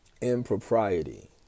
impropriety